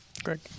Greg